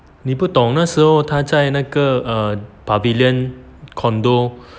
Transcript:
你不懂那时候他在那个 uh pavilion condo